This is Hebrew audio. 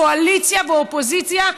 קואליציה ואופוזיציה.